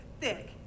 thick